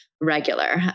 regular